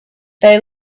they